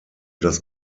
das